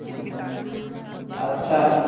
ہوں اچھا